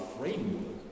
framework